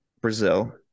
Brazil